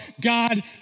God